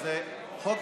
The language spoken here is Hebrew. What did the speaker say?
אני